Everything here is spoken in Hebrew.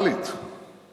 ורבלית